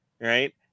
Right